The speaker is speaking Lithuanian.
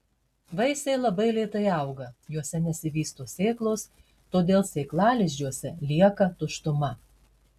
vaisiai labai lėtai auga juose nesivysto sėklos todėl sėklalizdžiuose lieka tuštuma